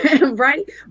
right